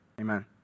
amen